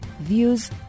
views